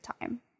Time